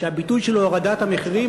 שהביטוי שלו הוא הורדת המחירים,